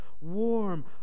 warm